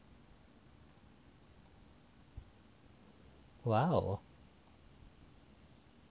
!wow!